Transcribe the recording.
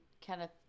Kenneth